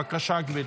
בבקשה, גברתי.